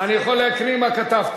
אני יכול להקריא מה כתבת.